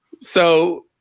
so-